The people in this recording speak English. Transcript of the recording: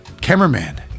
cameraman